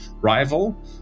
rival